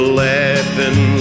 laughing